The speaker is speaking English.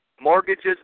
mortgages